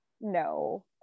no